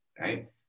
right